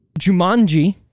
Jumanji